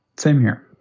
same here.